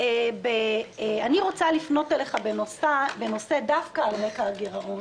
אני רוצה לפנות אליך, דווקא על רקע הגירעון,